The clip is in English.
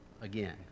again